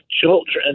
children